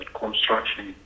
construction